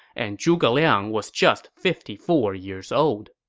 and zhuge liang was just fifty four years old